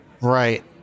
Right